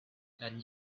and